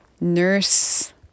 nurse